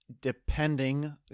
depending